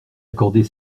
accorder